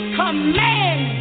command